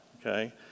okay